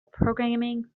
programming